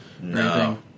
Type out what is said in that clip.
No